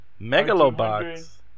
megalobox